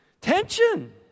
Tension